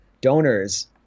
donors